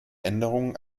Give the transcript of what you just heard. änderungen